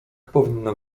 powinno